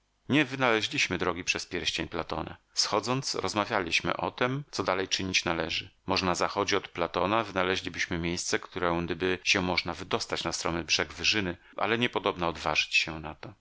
nie wynaleźliśmy drogi przez pierścień platona schodząc rozmawialiśmy o tem co dalej czynić należy może na zachodzie od platona wynaleźlibyśmy miejsce którędyby się można wydostać na stromy brzeg wyżyny ale niepodobna odważyć się na to